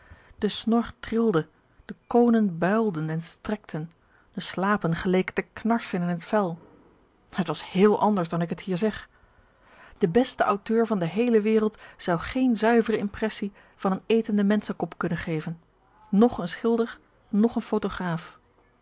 de snor trilde de koonen builden en strekten de slapen geleken te knàrsen in het vel het was héél anders dan ik het hier zeg de beste auteur van de heele wereld zou geen zuivere impressie van een etenden menschenkop kunnen geven noch een schilder nch een photograaf